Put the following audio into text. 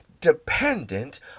dependent